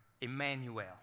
Emmanuel